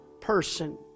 person